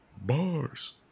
Bars